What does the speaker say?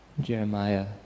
Jeremiah